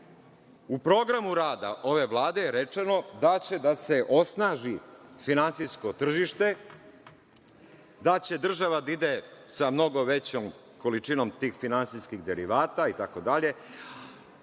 u programu rada ove Vlade je rečeno da će da se osnaži finansijsko tržište, da će država da ide sa mnogo većom količinom tih finansijskih derivata itd,